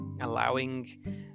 allowing